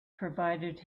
provided